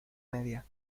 media